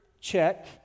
check